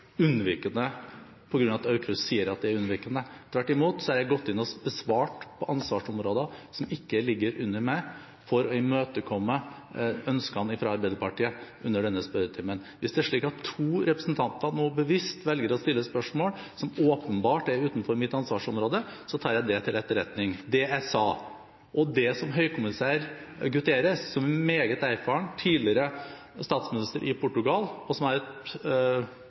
unnvikende på grunn av at Aukrust sier at de er unnvikende. Tvert imot har jeg gått inn og besvart på ansvarsområder som ikke ligger under meg for å imøtekomme ønskene fra Arbeiderpartiet i denne spørretimen. Hvis det er slik at to representanter nå bevisst velger å stille spørsmål som åpenbart er utenfor mitt ansvarsområde, tar jeg det til etterretning. Det jeg sa, er at høykommissær Guterres, som meget erfaren tidligere statsminister i Portugal, har jeg hatt mange samtaler med, og jeg tror han også er